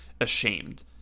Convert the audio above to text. ashamed